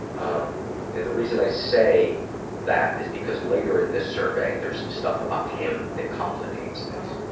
um and the reason i say that is because, later in this survey, there's some stuff about him that complicates this.